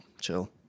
chill